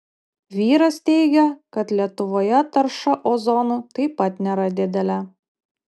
vyras teigia kad lietuvoje tarša ozonu taip pat nėra didelė